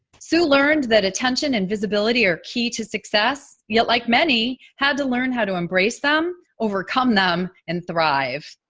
sue learned that attention and visibility are key to success, yet like many, had to learn how to embrace them, overcome them and thrive.